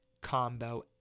combo